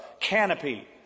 canopy